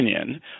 opinion